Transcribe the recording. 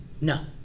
no